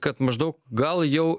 kad maždaug gal jau